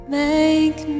make